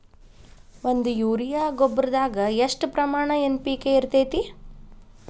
ಒಂದು ಯೂರಿಯಾ ಗೊಬ್ಬರದಾಗ್ ಎಷ್ಟ ಪ್ರಮಾಣ ಎನ್.ಪಿ.ಕೆ ಇರತೇತಿ?